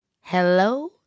hello